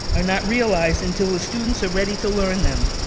are not realized until the students are ready to learn them.